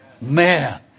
Man